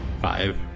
Five